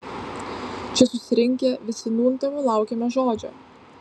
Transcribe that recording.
čia susirinkę visi nūn tavo laukiame žodžio